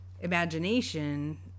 imagination